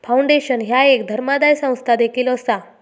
foundation ह्या एक धर्मादाय संस्था देखील असा